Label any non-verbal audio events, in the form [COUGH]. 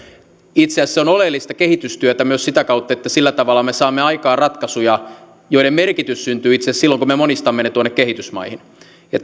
itse asiassa se on oleellista kehitystyötä myös sitä kautta että sillä tavalla me saamme aikaan ratkaisuja joiden merkitys syntyy itse asiassa silloin kun me monistamme ne tuonne kehitysmaihin ja [UNINTELLIGIBLE]